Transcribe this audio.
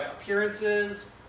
appearances